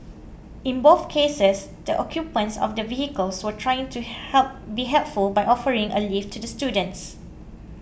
in both cases the occupants of the vehicles were trying to help be helpful by offering a lift to the students